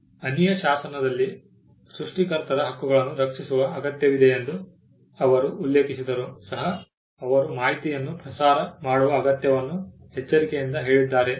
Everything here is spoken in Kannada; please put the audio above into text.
ಅನ್ನಿಯ ಶಾಸನದಲ್ಲಿ ಸೃಷ್ಟಿಕರ್ತರ ಹಕ್ಕುಗಳನ್ನು ರಕ್ಷಿಸುವ ಅಗತ್ಯವಿದೆಯೆಂದು ಅವರು ಉಲ್ಲೇಖಿಸಿದ್ದರೂ ಸಹ ಅವರು ಮಾಹಿತಿಯನ್ನು ಪ್ರಸಾರ ಮಾಡುವ ಅಗತ್ಯವನ್ನು ಎಚ್ಚರಿಕೆಯಿಂದ ಹೇಳಿದ್ದಾರೆ